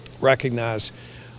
recognize